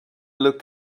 look